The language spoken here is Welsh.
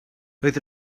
roedd